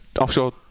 offshore